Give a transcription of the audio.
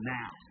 now